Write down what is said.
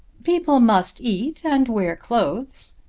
people must eat and wear clothes.